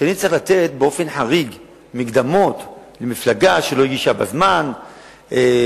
כשאני צריך לתת באופן חריג מקדמות למפלגה שלא הגישה בזמן וכו',